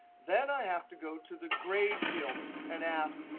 then i have to go to the grade field and ask,